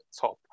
top